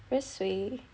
very suay